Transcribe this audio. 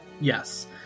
yes